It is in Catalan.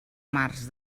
març